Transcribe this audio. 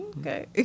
okay